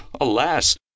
Alas